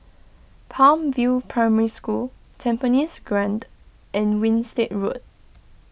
Palm View Primary School Tampines Grande and Winstedt Road